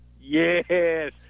Yes